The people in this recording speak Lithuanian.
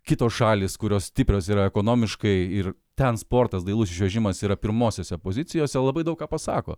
kitos šalys kurios stiprios yra ekonomiškai ir ten sportas dailusis čiuožimas yra pirmosiose pozicijose labai daug ką pasako